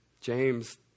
James